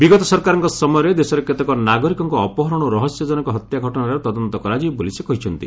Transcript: ବିଗତ ସରକାରଙ୍କ ସମୟରେ ଦେଶର କେତେକ ନାଗରିକଙ୍କ ଅପହରଣ ଓ ରହସ୍ୟଜନକ ହତ୍ୟା ଘଟଣାର ତଦନ୍ତ କରାଯିବ ବୋଲି ସେ କହିଛନ୍ତି